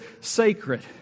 sacred